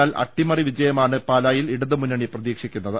എന്നാൽ അട്ടി മറി വിജയമാണ് പാലായിൽ ഇടതുമുന്നണി പ്രതീക്ഷിക്കു ന്നത്